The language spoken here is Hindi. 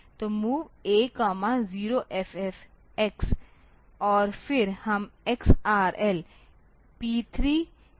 तो MOV A 0FFX और फिर हम XRL P 3 A के साथ